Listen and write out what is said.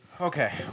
Okay